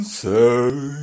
say